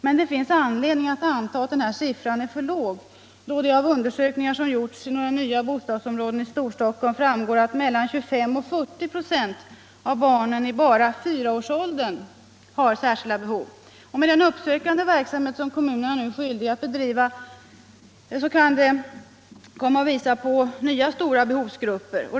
Men det finns anledning att anta att den siffran är för låg, då det av undersökningar som gjorts i några nya bostadsområden i Storstockholm framgår att mellan 25 och 40 96 av bara av barnen i fyraårsåldern har särskilda behov. Den uppsökande verksamhet som kommunerna nu är skyldiga att bedriva kan komma att visa på nya stora behovsgrupper.